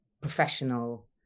professional